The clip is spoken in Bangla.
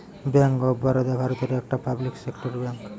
ব্যাংক অফ বারোদা ভারতের একটা পাবলিক সেক্টর ব্যাংক